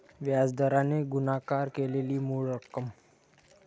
व्याज दराने गुणाकार केलेली मूळ रक्कम